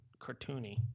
cartoony